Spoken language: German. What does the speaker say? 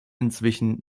inzwischen